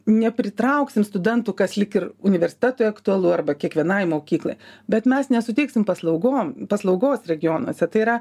nepritrauksim studentų kas lyg ir universitetui aktualu arba kiekvienai mokyklai bet mes nesuteiksim paslaugom paslaugos regionuose tai yra